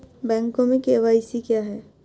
Bank में KYC क्या है?